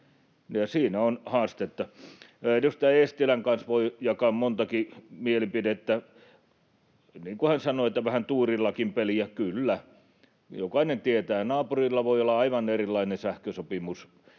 siinä on haastetta. Edustaja Eestilän kanssa voi jakaa montakin mielipidettä. Kun hän sanoi, että on vähän tuuripeliäkin, niin kyllä. Jokainen tietää: naapurilla voi olla aivan erilainen sähkösopimus,